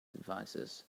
devices